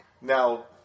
Now